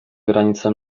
granicą